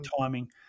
timing